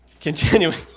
Continuing